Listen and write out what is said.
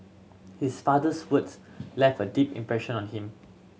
his father's words left a deep impression on him